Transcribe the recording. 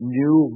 new